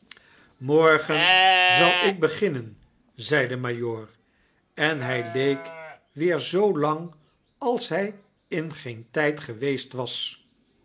morgen zal ik beginnen zei de majoor en ihfl leek weer zoo lang als hj in geen tydgeweest was